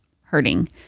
hurting